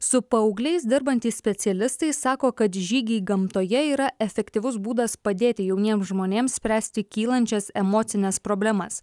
su paaugliais dirbantys specialistai sako kad žygiai gamtoje yra efektyvus būdas padėti jauniems žmonėms spręsti kylančias emocines problemas